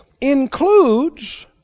includes